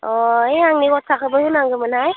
अ ओइ आंनि हौवासाखौबो होनांगोमोनहाय